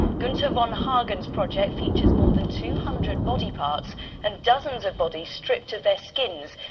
gunter von hagens's project features more than two hundred body parts and dozens of bodies stripped of their skins.